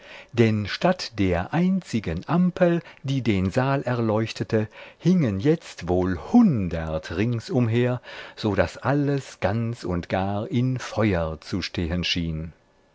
denn statt der einzigen ampel die den saal erleuchtete hingen jetzt wohl hundert ringsumher so daß alles ganz und gar in feuer zu stehen schien